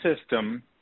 system